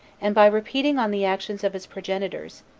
and by repeating on the actions of his progenitors,